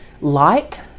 light